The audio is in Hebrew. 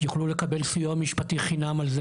יוכלו לקבל סיוע משפטי חינם על זה,